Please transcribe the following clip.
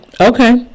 Okay